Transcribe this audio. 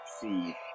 see